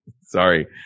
Sorry